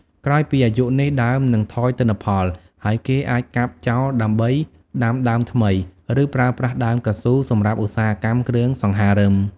ក្រោយពីអាយុនេះ ដើមនឹងថយទិន្នផល ហើយគេអាចកាប់ចោលដើម្បីដាំដើមថ្មី ឬប្រើប្រាស់ដើមកៅស៊ូសម្រាប់ឧស្សាហកម្មគ្រឿងសង្ហារឹម។